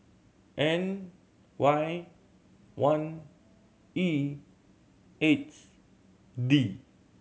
N Y one E eight D